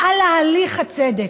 מעל להליך הצדק.